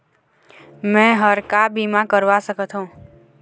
मैं हर का बीमा करवा सकत हो?